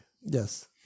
Yes